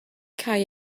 cau